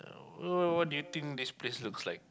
oh what do you think this place looks like